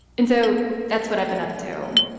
and so that's what i've been up to,